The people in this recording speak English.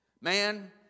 man